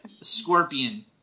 Scorpion